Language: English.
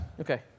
Okay